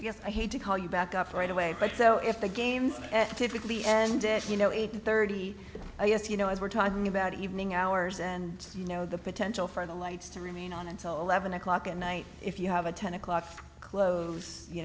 the guess i hate to call you back up right away but so if the game at typically ends if you know eight thirty yes you know as we're talking about evening hours and you know the potential for the lights to remain on until eleven o'clock at night if you have a ten o'clock close you